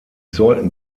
sollten